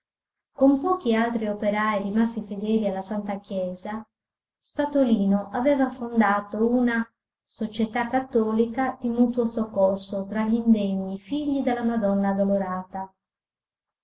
con pochi altri operai rimasti fedeli alla santa chiesa spatolino aveva fondato una società cattolica di mutuo soccorso tra gl'indegni figli della madonna addolorata